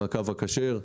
הקו הכשר.